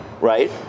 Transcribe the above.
right